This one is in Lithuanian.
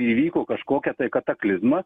įvyko kažkokie tai kataklizmas